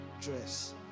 dress